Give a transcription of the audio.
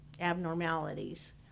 abnormalities